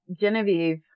genevieve